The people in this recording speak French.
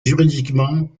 juridiquement